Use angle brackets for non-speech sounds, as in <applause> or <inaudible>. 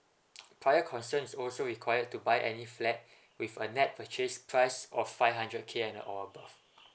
<noise> prior concerns is also required to buy any flat with a nett purchase price of five hundred K and or above